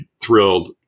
thrilled